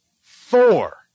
Four